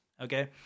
Okay